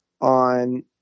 on